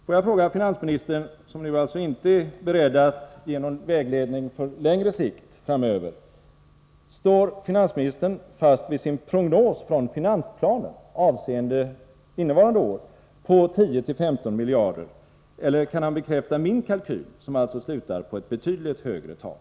Får jag fråga finansministern, som nu tydligen inte är beredd att ge någon vägledning på längre sikt: Står finansministern fast vid sin prognos i finansplanen avseende innevarande år på 10-15 miljarder, eller kan han bekräfta min kalkyl, som alltså slutar på ett betydligt högre tal?